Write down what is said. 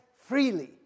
freely